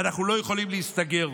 ואנחנו לא יכולים להסתגר.